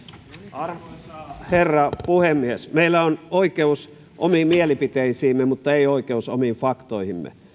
arvoisa herra puhemies meillä on oikeus omiin mielipiteisiimme mutta ei oikeutta omiin faktoihimme